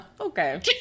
okay